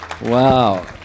Wow